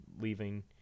leaving